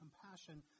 compassion